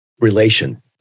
relation